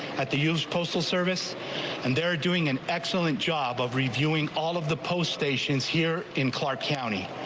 at the u s. postal service and they're doing an excellent job of reviewing all of the post stations here in clark county.